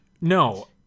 No